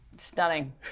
Stunning